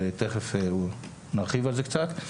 ותיכף נרחיב על זה קצת,